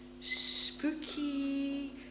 spooky